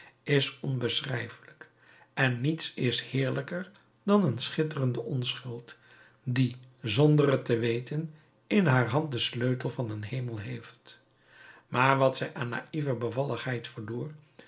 is onbeschrijfelijk en niets is heerlijker dan een schitterende onschuld die zonder het te weten in haar hand den sleutel van een hemel heeft maar wat zij aan naïeve bevalligheid verloor